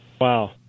Wow